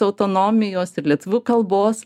autonomijos ir lietuvių kalbos